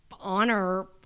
honor